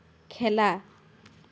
খেলা